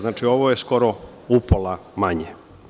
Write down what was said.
Znači, ovo je skoro upola manje.